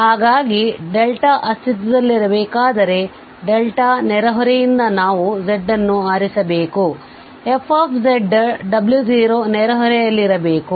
ಹಾಗಾಗಿ ಅಸ್ತಿತ್ವದಲ್ಲಿರಬೇಕಾದರೆ ನೆರೆಹೊರೆಯಿಂದ ನಾವು z ಅನ್ನು ಆರಿಸಿಬೇಕು f w0 ನೆರೆಹೊರೆಯಲ್ಲಿರಬೇಕು